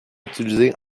utilisés